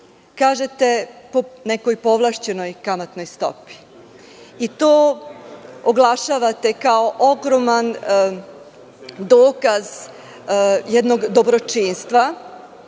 kažete po nekoj povlašćenoj kamatnoj stopi i to oglašavate kao ogroman dokaz jednog dobročinstva,